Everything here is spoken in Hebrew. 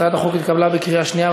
הצעת החוק התקבלה בקריאה שנייה.